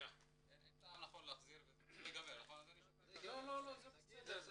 אין טעם --- לא, בסדר.